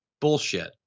Bullshit